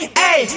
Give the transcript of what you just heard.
hey